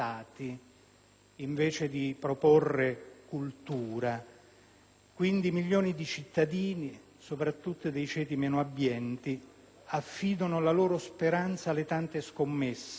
Quindi, milioni di cittadini, soprattutto dei ceti meno abbienti, affidano la loro speranza alle tante scommesse, dal superenalotto, alle schedine, ai giochi nuovi,